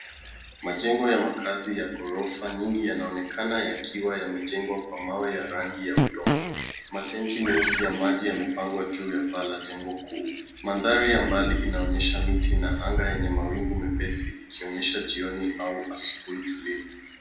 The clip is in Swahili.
Majengo ya makazi ya ghorofa nyingi yanaonekana yakiwa yamejengwa kwa mawe ya rangi ya udongo. Matanki meusi ya maji yamepangwa juu ya paa la jengo kuu. Mandhari ya mbali inaonyesha miti na anga yenye mawingu mepesi, ikionyesha jioni au asubuhi utulivu.